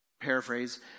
paraphrase